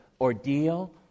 ordeal